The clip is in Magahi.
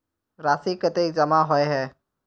राशि कतेक जमा होय है?